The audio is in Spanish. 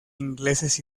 ingleses